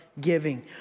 giving